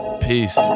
peace